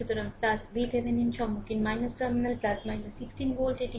সুতরাং VThevenin সম্মুখীন terminal 16 volt এটি